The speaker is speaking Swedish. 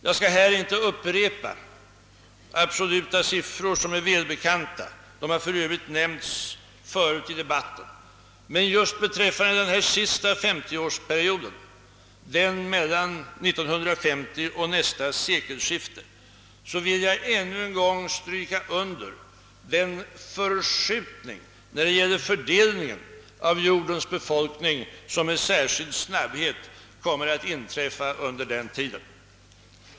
Jag skall här inte upprepa absoluta siffror som är välbekanta — de har för övrigt nämnts förut i debatten — men just beträffande den sista 50-årsperioden, den mellan 1950 och nästa sekel skifte, vill jag ännu en gång stryka under den förskjutning när det gäller fördelningen av jordens befolkning som med särskild snabbhet kommer att inträffa under den tiden.